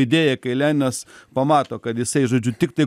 idėja kai leninas pamato kad jisai žodžiu tiktai